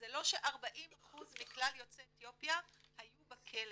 זה לא ש-40% מכלל יוצאי אתיופיה היו בכלא.